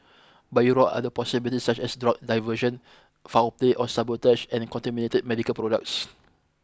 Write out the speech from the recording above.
but it ruled out other possibilities such as drug diversion foul play or sabotage and contaminated medical products